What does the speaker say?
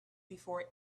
before